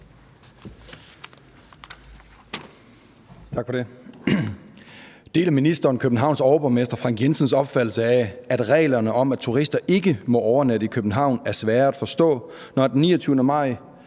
(V)): Deler ministeren Københavns overborgmester, Frank Jensens, opfattelse af, at reglerne om, at turister ikke må overnatte i København, er svære at forstå, når han den 29. maj